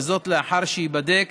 וזאת לאחר שייבדק